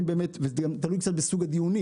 זה גם תלוי קצת בסוג הדיונים